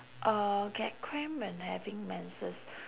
uh get cramp when having menses